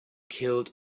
killed